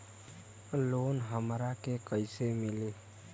Loan हमरा के कईसे मिली?